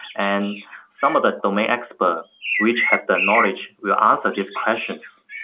and some of the domain experts which have the knowledge will answer these questions.